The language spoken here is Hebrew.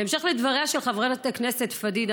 בהמשך לדבריה של חברת הכנסת פדידה,